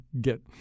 get